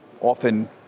often